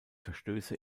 verstöße